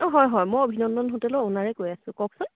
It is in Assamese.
অঁ হয় হয় মই অভিনন্দন হোটেলৰ অ'ওনাৰে কৈ আছোঁ কওকচোন